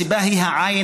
הסיבה היא ע"ע,